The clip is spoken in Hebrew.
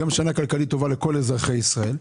גם שנה כלכלית טובה לכל אזרחי ישראל.